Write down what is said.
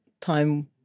time